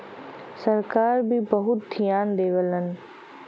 सरकार भी बहुत धियान देवलन